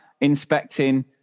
inspecting